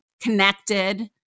connected